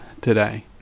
today